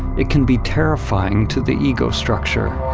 it can be terrifying to the ego structure.